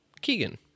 Keegan